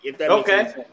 Okay